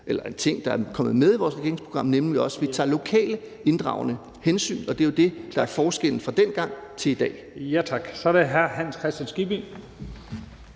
eller en ting, der er kommet med i vores regeringsprogram – nemlig at vi også tager lokale inddragende hensyn, og det er jo det, der er forskellen fra dengang til i dag. Kl. 16:49 Første næstformand (Leif